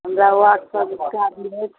हमरा व्हाट्सऐप कए दिहथि